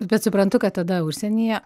bet suprantu kad tada užsienyje